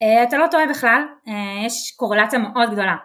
אתה לא טועה בכלל יש קורלציה מאוד גדולה